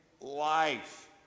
life